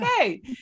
Okay